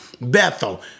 bethel